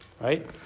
Right